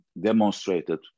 demonstrated